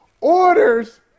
orders